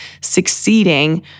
succeeding